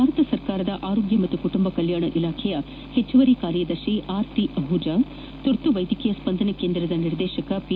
ಭಾರತ ಸರ್ಕಾರದ ಆರೋಗ್ಯ ಮತ್ತು ಕುಟುಂಬ ಕಲ್ಕಾಣ ಇಲಾಖೆಯ ಹೆಚ್ಚುವರಿ ಕಾರ್ಯದರ್ಶಿ ಆರತಿ ಆಹುಜಾ ತುರ್ತು ವೈದ್ಯಕೀಯ ಸ್ವಂದನ ಕೇಂದ್ರದ ನಿರ್ದೇಶಕ ಪಿ